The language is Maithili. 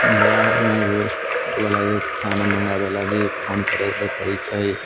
बाहरमे रेस्टवलाके खाना मँगाबै लागी फोन करैके पड़ै छै